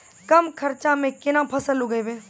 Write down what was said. कम खर्चा म केना फसल उगैबै?